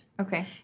Okay